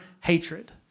hatred